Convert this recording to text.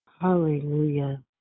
hallelujah